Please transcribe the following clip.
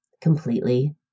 completely